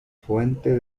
fuente